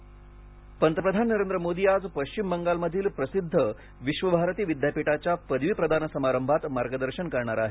विश्वभारती पंतप्रधान नरेंद्र मोदी आज पश्चिम बंगालमधील प्रसिद्ध विश्वभारती विद्यापीठाच्या पदवीप्रदान समारंभात मार्गदर्शन करणार आहेत